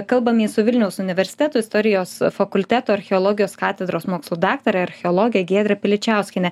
kalbamės su vilniaus universiteto istorijos fakulteto archeologijos katedros mokslų daktare archeologe giedre piličiauskiene